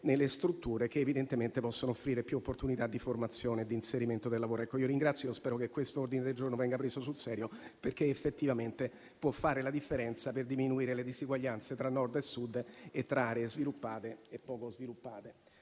nelle strutture che evidentemente possono offrire più opportunità di formazione e di inserimento. Spero che questo ordine del giorno venga preso sul serio, perché effettivamente può fare la differenza per diminuire le disuguaglianze tra Nord e Sud e tra aree sviluppate e aree poco sviluppate.